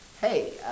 Hey